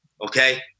okay